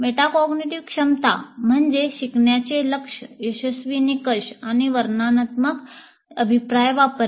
metacognitive क्षमता म्हणजे शिकण्याचे लक्ष्य यशस्वी निकष आणि वर्णनात्मक अभिप्राय वापरणे